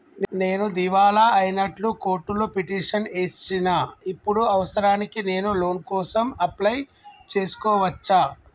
నేను దివాలా అయినట్లు కోర్టులో పిటిషన్ ఏశిన ఇప్పుడు అవసరానికి నేను లోన్ కోసం అప్లయ్ చేస్కోవచ్చా?